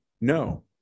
No